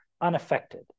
unaffected